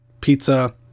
pizza